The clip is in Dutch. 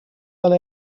wel